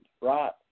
right